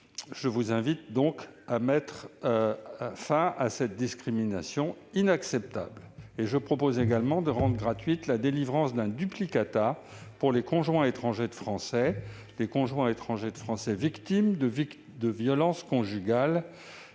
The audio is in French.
mes chers collègues, à mettre fin à cette discrimination inacceptable. Je propose également de rendre gratuite la délivrance d'un duplicata pour les conjoints étrangers de Français, les conjoints étrangers de Français victimes de violences conjugales